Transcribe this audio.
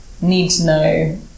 need-to-know